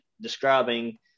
describing